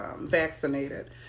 vaccinated